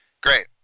Great